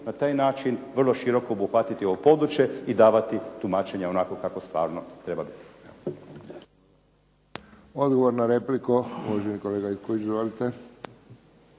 na taj način vrlo široko obuhvatiti ovo područje i davati tumačenja onako kako stvarno treba biti. **Friščić, Josip (HSS)** Odgovor na repliku, uvaženi kolega Ivković. Izvolite.